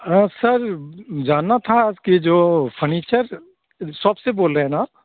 हाँ सर जानना था कि जो फर्नीचर शॉप से बोल रहे हैं ना आप